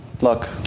look